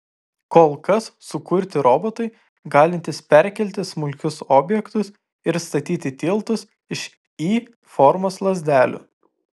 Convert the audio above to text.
kol kas sukurti robotai galintys perkelti smulkius objektus ir statyti tiltus iš y formos lazdelių